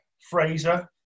Fraser